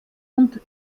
und